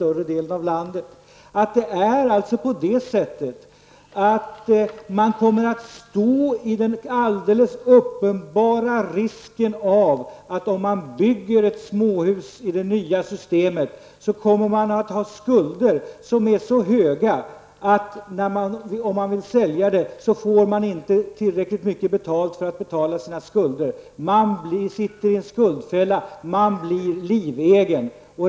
Man kommer alltså att stå inför den alldeles uppenbara risken, att om man bygger ett småhus enligt det nya systemet, kommer man att ha skulder som är så höga att vill man sälja får man inte tillräckligt mycket betalt för att kunna betala sina skulder. Man sitter i en skuldfälla, man blir livegen.